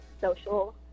social